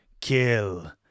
kill